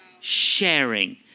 sharing